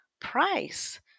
price